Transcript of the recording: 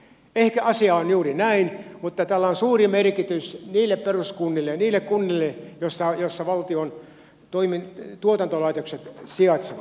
ehkä asia on juuri näin mutta tällä on suuri merkitys niille kunnille joissa valtion tuotantolaitokset sijaitsevat